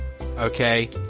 okay